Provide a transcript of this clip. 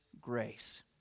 grace